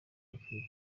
batwite